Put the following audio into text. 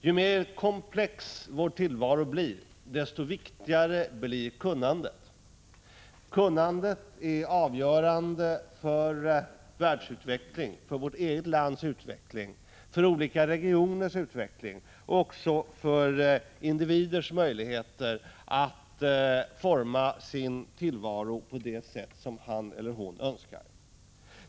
Ju mer komplex vår tillvaro blir, desto viktigare blir kunnandet. Kunnandet är avgörande för världsutveckling, för vårt eget lands utveckling, för olika regioners utveckling och också för individers möjligheter att forma sin tillvaro på det sätt som han eller hon önskar.